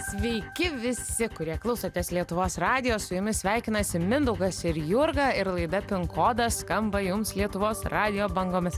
sveiki visi kurie klausotės lietuvos radijo su jumis sveikinasi mindaugas ir jurga ir laida pinkodas skamba jums lietuvos radijo bangomis